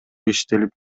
иштелип